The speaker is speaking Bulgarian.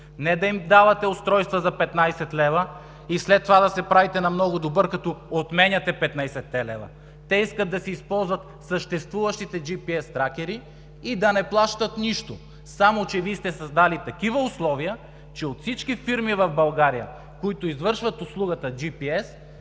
Не да им давате устройства за 15 лв. и след това да се правите на много добър, като отменяте 15-те лева – те искат да си използват съществуващите GPS тракери и да не плащат нищо! Само че Вие сте създали такива условия, че от всички фирми в България, които извършват услугата GPS,